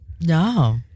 No